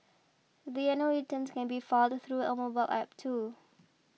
the annual returns can be filed through a mobile app too